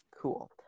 cool